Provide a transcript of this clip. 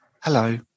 hello